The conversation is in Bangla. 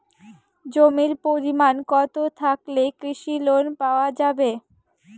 জমির পরিমাণ কতো থাকলে কৃষি লোন পাওয়া যাবে?